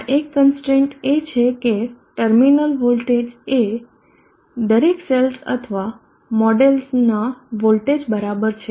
આ એક કનસ્ટ્રેઈન એ છે કે ટર્મિનલ વોલ્ટેજ એ દરેક સેલ્સ અથવા મોડેલોના વોલ્ટેજ બરાબર છે